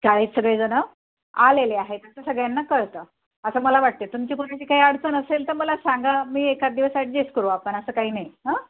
शाळेत सगळेजण आलेले आहे असं सगळ्यांना कळतं असं मला वाटते तुमची कुणाची काही अडचण असेल तर मला सांगा मी एखाद दिवस ॲडजेस्ट करू आपण असं काही नाही हं